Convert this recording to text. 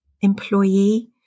employee